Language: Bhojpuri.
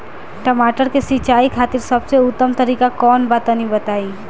टमाटर के सिंचाई खातिर सबसे उत्तम तरीका कौंन बा तनि बताई?